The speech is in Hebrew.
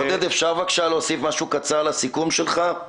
עודד, אפשר, בבקשה, משהו קצר לסיכום שלך?